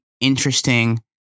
interesting